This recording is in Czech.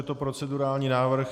Je to procedurální návrh.